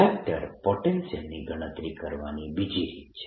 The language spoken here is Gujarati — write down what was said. વેક્ટર પોટેન્શિયલની ગણતરી કરવાની બીજી રીત છે